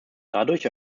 dadurch